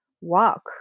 walk